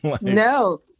No